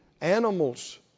animals